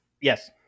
Yes